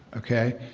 ok.